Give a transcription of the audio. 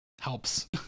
helps